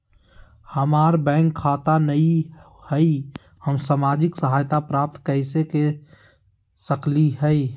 हमार बैंक खाता नई हई, हम सामाजिक सहायता प्राप्त कैसे के सकली हई?